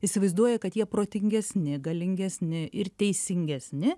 įsivaizduoja kad jie protingesni galingesni ir teisingesni